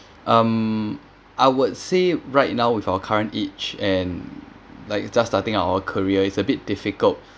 um I would say right now with our current age and like just starting our career it's a bit difficult